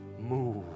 Move